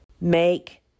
make